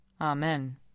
Amen